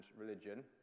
religion